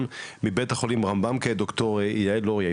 יעל לוריא,